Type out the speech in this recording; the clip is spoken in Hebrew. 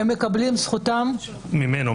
"הם מקבלים את זכותם" --- ממנו.